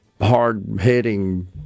hard-hitting